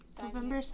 November